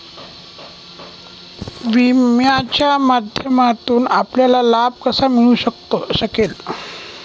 विम्याच्या माध्यमातून आपल्याला लाभ कसा मिळू शकेल?